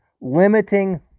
limiting